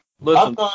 Listen